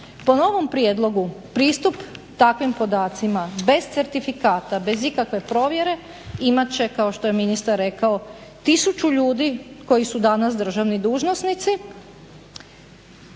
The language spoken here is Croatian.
po novom prijedlogu pristup takvim podacima bez certifikata, bez ikakve provjere imat će kao što je ministar rekao tisuću ljudi koji su danas državni dužnosnici,